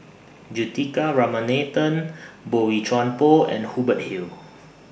Juthika Ramanathan Boey Chuan Poh and Hubert Hill